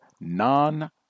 non